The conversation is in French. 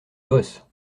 bosse